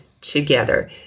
together